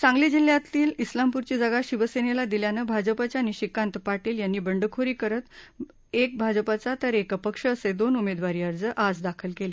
सांगली जिल्ह्यातली उलामपूरची जागा शिवसेनेला दिल्यानं भाजपाच्या निशिकांत पाटील यांनी बंडखोरी करत एक भाजपाचा तर एक अपक्ष असे दोन उमेदवारी अर्ज आज दाखल केले